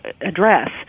address